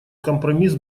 компромисс